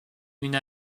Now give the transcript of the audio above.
une